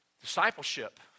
Discipleship